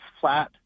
flat